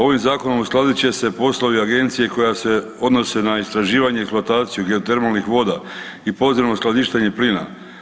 Ovim Zakonom uskladit će se poslovi Agencije koja se odnose na istraživanje i eksploataciju geotermalnih voda i potrebno skladištenje plina.